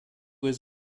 his